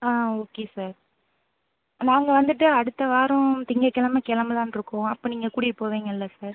ஆ okay sir நாங்கள் வந்துட்டு அடுத்த வாரம் திங்கக்கிழம கிளம்பலான்ருக்கோம் அப்போ நீங்கள் கூட்டிகிட்டு போவீங்கல்ல சார்